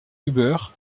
huber